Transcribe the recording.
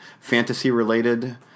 fantasy-related